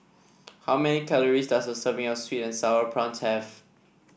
how many calories does a serving of sweet and sour prawns have